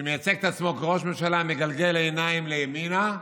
שמייצג את עצמו כראש ממשלה, מגלגל עיניים ימינה.